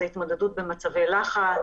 זה התמודדות במצבי לחץ